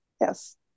Yes